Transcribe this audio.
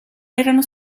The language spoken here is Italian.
erano